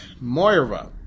Moira